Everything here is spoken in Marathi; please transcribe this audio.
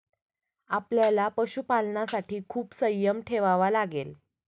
आपल्याला पशुपालनासाठी खूप संयम ठेवावा लागेल